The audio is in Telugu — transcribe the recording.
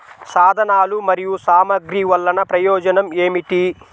సాధనాలు మరియు సామగ్రి వల్లన ప్రయోజనం ఏమిటీ?